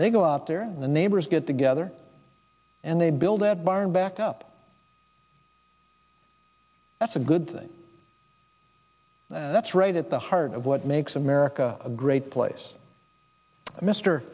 they go up there the neighbors get together and they build that byron back up that's a good thing that's right at the heart of what makes america a great place mr